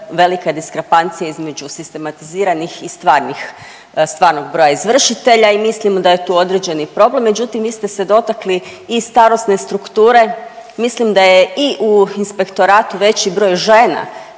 velika je diskrapancija između sistematiziranih i stvarnih, stvarnog broja izvršitelja i mislimo da je tu određeni problem, međutim, vi ste se dotakli i starosne strukture, mislim da je i u Inspektoratu veći broj žena